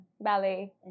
Ballet